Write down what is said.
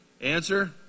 answer